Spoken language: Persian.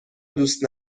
دوست